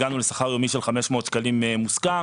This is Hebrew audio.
הגענו לשכר יומי של 500 שקלים מוסכם.